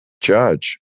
Judge